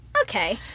okay